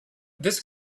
this